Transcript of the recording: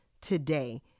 today